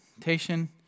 Tatian